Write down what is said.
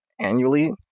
annually